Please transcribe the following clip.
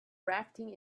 rafting